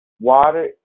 Water